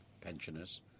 pensioners